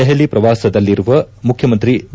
ದೆಹಲಿ ಶ್ರವಾಸದಲ್ಲಿರುವ ಮುಖ್ಯಮಂತ್ರಿ ಬಿ